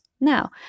Now